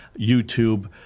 youtube